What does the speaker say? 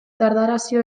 dardarizoa